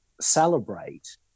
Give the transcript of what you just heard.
celebrate